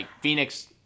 Phoenix